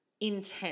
intense